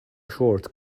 short